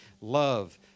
love